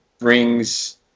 brings